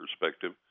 perspective